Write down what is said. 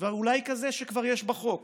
ואולי כזה שכבר יש בחוק,